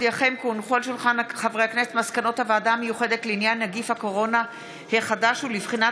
מסקנות הוועדה המיוחדת לעניין נגיף הקורונה החדש ולבחינת